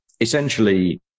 essentially